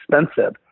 expensive